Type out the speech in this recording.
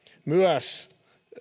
myös